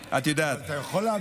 אתה יכול להעביר את זה,